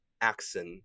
accent